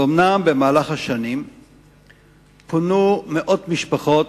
ואומנם במהלך השנים פונו מאות משפחות